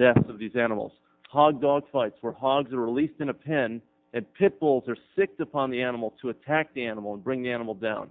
death of these animals hog dog fights where hogs are released in a pen and pit bulls are sick to plan the animal to attack the animal and bring the animal down